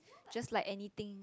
just like anything